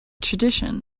tradition